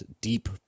deep